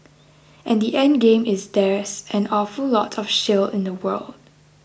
and the endgame is there's an awful lot of shale in the world